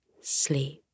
sleep